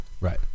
right